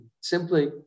simply